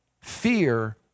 fear